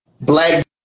Black